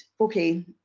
okay